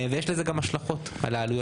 ויש לזה גם השלכות על העלויות.